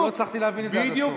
לא הצלחתי להבין את זה עד הסוף.